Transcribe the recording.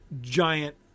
giant